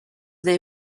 their